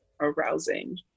arousing